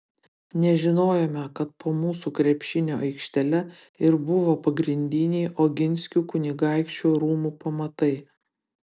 nežinojome kad po mūsų krepšinio aikštele ir buvo pagrindiniai oginskių kunigaikščių rūmų pamatai